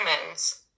humans